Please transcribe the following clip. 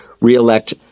reelect